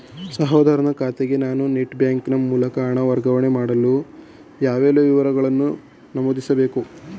ಸಹೋದರನ ಖಾತೆಗೆ ನಾನು ನೆಟ್ ಬ್ಯಾಂಕಿನ ಮೂಲಕ ಹಣ ವರ್ಗಾವಣೆ ಮಾಡಲು ಯಾವೆಲ್ಲ ವಿವರಗಳನ್ನು ನಮೂದಿಸಬೇಕು?